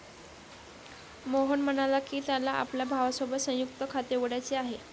मोहन म्हणाला की, त्याला आपल्या भावासोबत संयुक्त खाते उघडायचे आहे